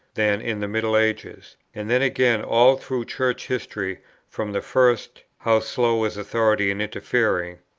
than in the middle ages. and then again all through church history from the first, how slow is authority in interfering!